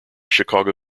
chicago